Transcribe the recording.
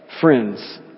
friends